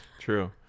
True